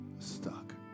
stuck